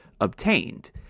obtained